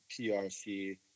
PRC